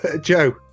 Joe